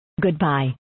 Goodbye